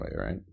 right